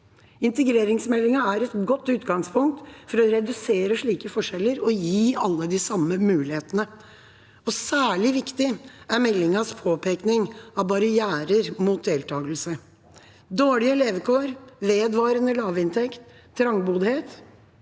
Integreringsmeldinga er et godt utgangspunkt for å redusere slike forskjeller og gi alle de samme mulighetene. Særlig viktig er meldingas påpekning av barrierer mot deltakelse. Dårlige levekår, vedvarende lavinntekt, trangboddhet,